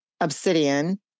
obsidian